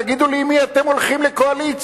תגידו לי עם מי אתם הולכים לקואליציה.